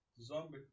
Zombie